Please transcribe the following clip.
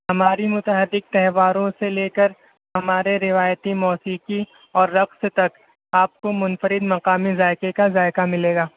ہماری متعدد تہواروں سے لے کر ہمارے روایتی موثیقی اور رقص تک آپ کو منفرد مقامی ذائقے کا ذائقہ ملے گا